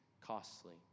costly